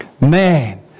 Man